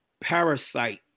parasite